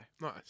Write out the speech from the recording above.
Nice